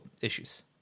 issues